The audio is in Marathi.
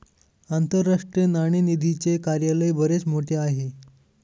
आंतरराष्ट्रीय नाणेनिधीचे कार्यालय बरेच मोठे आहे